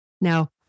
Now